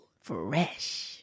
Fresh